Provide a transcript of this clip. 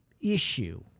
issue